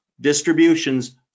distributions